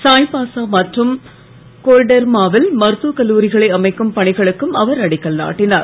சாய்பாசா மற்றும் கோடெர்மாவில் மருத்துவ கல்லூரிகளை அமைக்கும் பணிகளுக்கும் அவர் அடிக்கல் நாட்டினார்